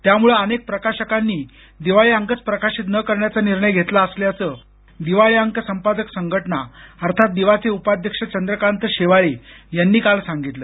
त्यामुळे अनेक प्रमुख प्रकाशकांनी दिवाळी अंकच प्रकाशित न करण्याचा निर्णय घेतला असल्याचं दिवाळी अंक संपादक संघटना अर्थात दिवा चे उपाध्यक्ष चंद्रकांत शेवाळे यांनी काल सांगितलं